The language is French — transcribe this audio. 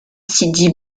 sidi